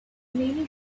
many